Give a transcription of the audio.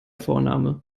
vorname